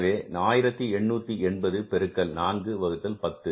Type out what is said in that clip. எனவே 1880 பெருக்கல் 4 வகுத்தல் 10